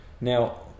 Now